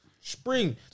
Spring